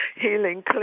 healing